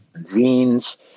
zines